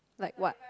like what